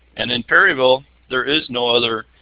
and in perryville, there is no other